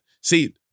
see